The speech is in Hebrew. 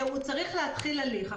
שהוא צריך להתחיל הליך.